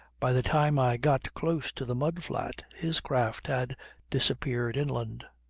by the time i got close to the mud-flat his craft had disappeared inland.